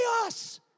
chaos